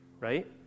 Right